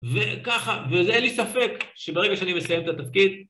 וככה, ואין לי ספק שברגע שאני מסיים את התפקיד